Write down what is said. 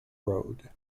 road